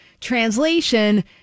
Translation